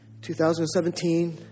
2017